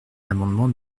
l’amendement